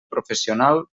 professional